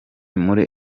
muri